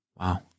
Wow